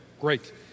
great